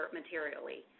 materially